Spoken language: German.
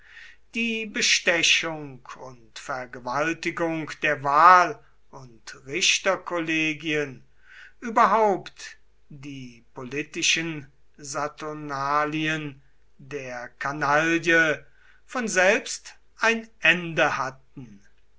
die bestechung und vergewaltigung der wahl und richterkollegien überhaupt die politischen saturnalien der kanaille von selbst ein ende hatten